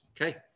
okay